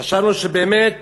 חשבנו שבאמת